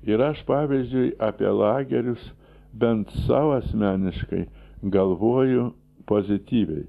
ir aš pavyzdžiui apie lagerius bent sau asmeniškai galvoju pozityviai